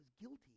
guilty